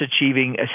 achieving